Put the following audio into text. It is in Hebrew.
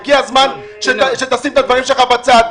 הגיע הזמן שתשים את הדברים שלך בצד,